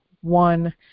one